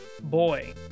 Boy